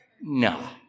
no